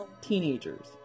Teenagers